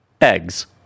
eggs